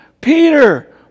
peter